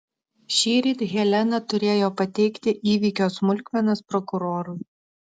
šįryt helena turėjo pateikti įvykio smulkmenas prokurorui